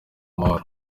mahoro